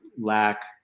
lack